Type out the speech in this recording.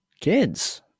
Kids